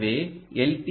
எனவே எல்